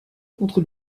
contre